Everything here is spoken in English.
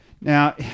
Now